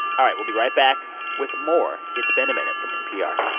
all right, we'll be right back with more it's been a minute from npr